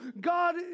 God